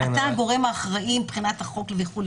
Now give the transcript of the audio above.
אתה הגורם האחראי מבחינת החוק וכו'.